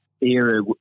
era